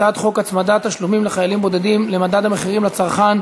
הצעת חוק הצמדת תשלומים לחיילים בודדים למדד המחירים לצרכן,